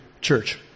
church